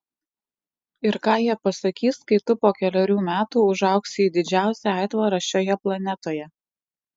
ir ką jie pasakys kai tu po kelerių metų užaugsi į didžiausią aitvarą šioje planetoje